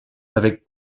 avec